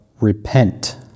Repent